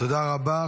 תודה רבה.